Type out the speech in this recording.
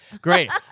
Great